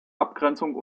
abgrenzung